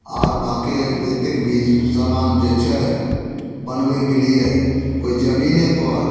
आओर बाँकि जतेक भी समान जे छै बनबैके लिए कोइ जमीनेपर